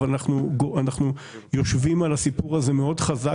אבל אנחנו יושבים על הסיפור הזה מאוד חזק,